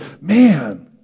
man